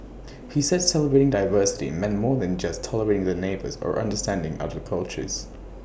he said celebrating diversity meant more than just tolerating the neighbours or understanding other cultures